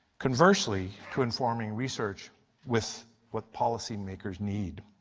conversely to informing research with what policymakers need.